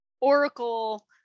Oracle